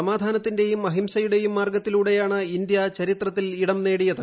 സമാധാനത്തിന്റേയും അഹിംസയുടേയും മാർഗത്തിലൂടെയാണ് ഇന്ത്യ ചരിത്രത്തിൽ ഇടം നേടിയത്